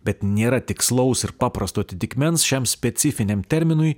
bet nėra tikslaus ir paprasto atitikmens šiam specifiniam terminui